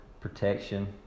protection